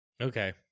Okay